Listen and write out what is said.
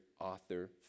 author